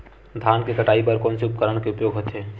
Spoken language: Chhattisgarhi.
धान के कटाई बर कोन से उपकरण के उपयोग होथे?